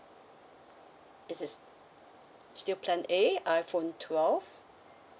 is is still plan A iPhone twelve